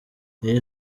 iyi